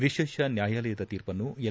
ವಿಶೇಷ ನ್ಯಾಯಾಲಯದ ತೀರ್ಪನ್ನು ಎಲ್